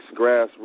Grassroots